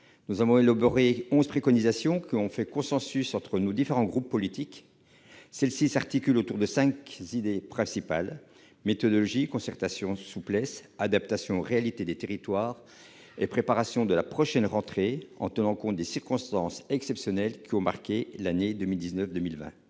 Nous avons élaboré onze préconisations, qui ont fait consensus parmi les différents groupes politiques. Celles-ci s'articulent autour de cinq idées principales : méthodologie, concertation, souplesse, adaptation aux réalités des territoires et préparation de la prochaine rentrée, en tenant compte des circonstances exceptionnelles qui ont marqué l'année 2019-2020.